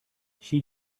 she